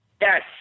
Yes